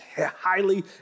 highly